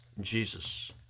Jesus